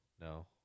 No